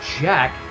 Jack